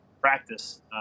practice